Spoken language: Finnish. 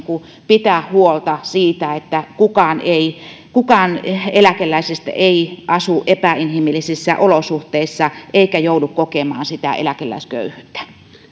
pitää huolta siitä että kukaan eläkeläisistä ei asu epäinhimillisissä olosuhteissa eikä joudu kokemaan eläkeläisköyhyyttä